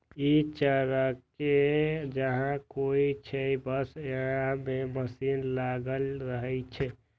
ई चरखे जकां होइ छै, बस अय मे मशीन लागल रहै छै